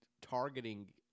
targeting